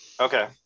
Okay